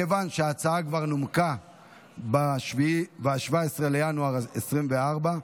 מכיוון שההצעה כבר נומקה ב-17 בינואר 2024,